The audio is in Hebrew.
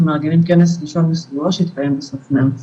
מארגנים כנס ראשון מסוגו שיתקיים בסוף מרץ.